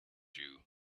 you